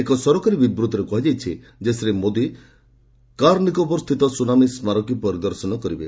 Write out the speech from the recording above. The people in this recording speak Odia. ଏକ ସରକାରୀ ବିବୃଭିରେ କୁହାଯାଇଛି ଶ୍ରୀ ମୋଦି କାର୍ନିକୋବର ସ୍ଥିତ ସୁନାମୀ ସ୍କାରକୀ ପରିଦର୍ଶନ କରିବେ